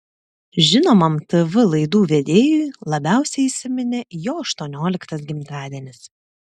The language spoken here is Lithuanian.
žinomam tv laidų vedėjui labiausiai įsiminė jo aštuonioliktas gimtadienis